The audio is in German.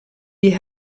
die